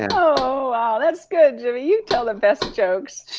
and oh wow, that's good jimmie, you tell the best jokes.